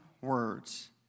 words